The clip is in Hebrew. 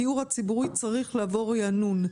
הדיור הציבורי צריך לעבור רענון.